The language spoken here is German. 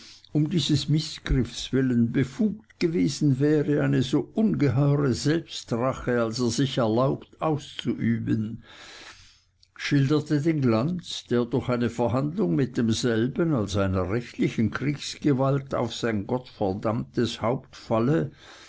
um dieses mißgriffs willen befugt gewesen wäre eine so ungeheure selbstrache als er sich erlaubt auszuüben schilderte den glanz der durch eine verhandlung mit demselben als einer rechtlichen kriegsgewalt auf sein gottverdammtes